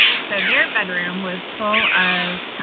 and so, their bedroom was full of